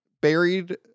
buried